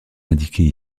indiquées